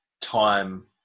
time